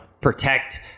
protect